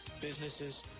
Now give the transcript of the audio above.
businesses